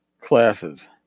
classes